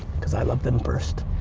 cause i love them first.